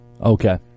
okay